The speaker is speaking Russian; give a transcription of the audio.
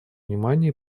внимания